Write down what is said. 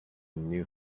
knew